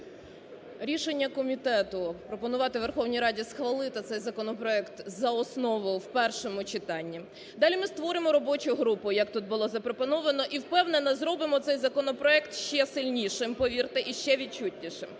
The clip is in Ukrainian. Рішення комітету. Пропонувати Верховній Раді схвалити цей законопроект за основу в першому читанні. Далі ми створимо робочу групу, як тут було запропоновано, і, впевнена, зробимо цей законопроект ще сильнішим, повірте, і ще відчутнішим.